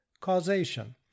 Causation